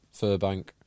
Furbank